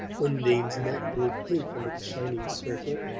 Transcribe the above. undine's neck grew pink under the shining circlet.